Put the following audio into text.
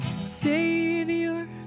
Savior